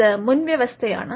അത് മുൻവ്യവസ്ഥയാണ്